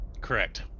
Correct